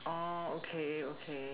oh okay okay